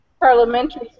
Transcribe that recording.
parliamentary